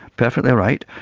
perfectly right,